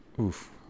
Oof